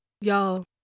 Y'all